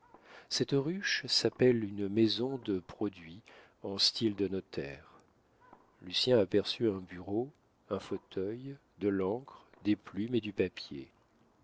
cette ruche s'appelle une maison de produit en style de notaire lucien aperçut un bureau un fauteuil de l'encre des plumes et du papier